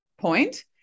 point